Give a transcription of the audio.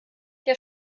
der